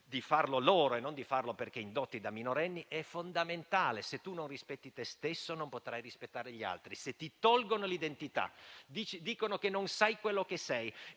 vogliono loro e non perché indotti da minorenni è fondamentale. Se tu non rispetti te stesso, non potrai rispettare gli altri. Se ti dicono che non sai quello che sei;